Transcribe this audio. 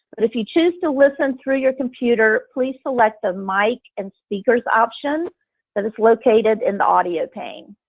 but if you choose to listen through your computer, please select the mic and speakers option that is located in the audio pane.